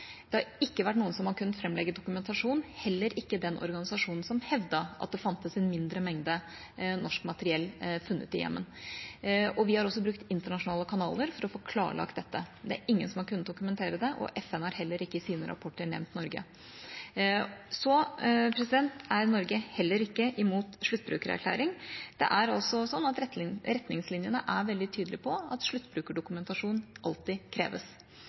Det har ikke vært noen som har kunnet legge fram dokumentasjon, heller ikke den organisasjonen som hevdet at det er funnet en mindre mengde norsk materiell i Jemen. Vi har også brukt internasjonale kanaler for å få klarlagt dette. Det er ingen som har kunnet dokumentere det, og FN har heller ikke i sine rapporter nevnt Norge. Så er Norge heller ikke imot en sluttbrukererklæring. Retningslinjene er veldig tydelige på at sluttbrukerdokumentasjon alltid kreves. Det er